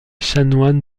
chanoines